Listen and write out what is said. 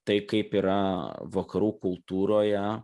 tai kaip yra vakarų kultūroje